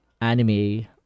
anime